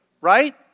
right